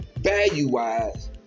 Value-wise